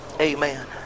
Amen